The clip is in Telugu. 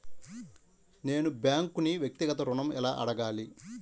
నేను బ్యాంక్ను వ్యక్తిగత ఋణం ఎలా అడగాలి?